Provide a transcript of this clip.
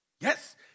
Yes